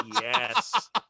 Yes